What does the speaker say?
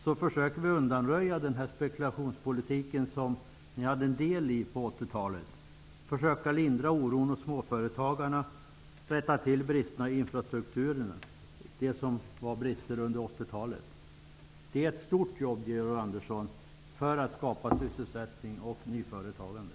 Vi försöker undanröja den spekulationspolitik som ni hade del i på 80 talet. Vi försöker lindra oron hos småföretagarna och rätta till bristerna i infrastrukturerna; det som var brister redan under 80-talet. Det är ett stort jobb, Georg Andersson, för att kunna skapa sysselsättning och nyföretagande.